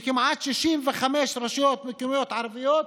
לכמעט 65 רשויות מקומיות ערביות,